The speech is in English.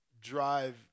drive